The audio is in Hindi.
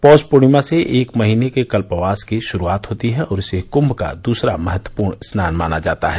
पौष पूर्णिमा से एक महीने के कल्पवास की शुरूआत होती है और इसे कुंम का दुसरा महत्वपूर्ण स्नान माना जाता है